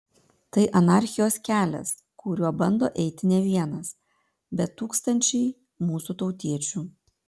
tai anarchijos kelias kuriuo bando eiti ne vienas bet tūkstančiai mūsų tautiečių